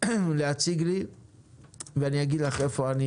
עליו טל תציג לי ואני אגיד איפה אני